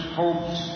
hopes